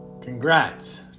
congrats